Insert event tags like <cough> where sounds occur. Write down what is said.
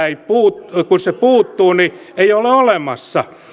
<unintelligible> ei lainsäädäntö kun puuttuu ole olemassa